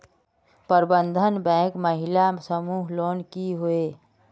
प्रबंधन बैंक महिला समूह लोन की होय?